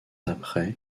après